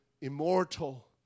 immortal